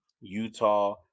Utah